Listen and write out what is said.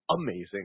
amazing